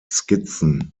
skizzen